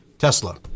Tesla